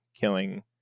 killing